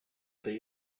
they